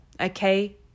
okay